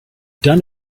done